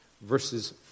verses